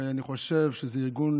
ואני חושב שזה ארגון,